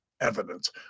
evidence